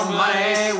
money